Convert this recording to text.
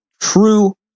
true